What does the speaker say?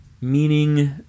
meaning